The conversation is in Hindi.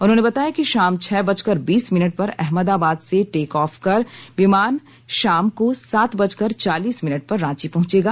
उन्होंने बताया कि शाम छह बजकर बीस मिनट पर अहमदाबाद से टेक ऑफ कर विमान शाम को सात बजकर चालीस मिनट पर रांची पहुंचेगा